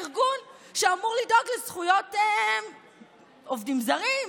ארגון שאמור לדאוג לזכויות עובדים זרים,